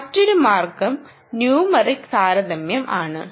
മറ്റൊരു മാർഗം numeric താരതമ്യം ആണ്